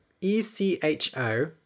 E-C-H-O